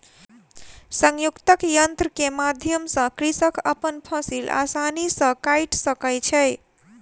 संयुक्तक यन्त्र के माध्यम सॅ कृषक अपन फसिल आसानी सॅ काइट सकै छै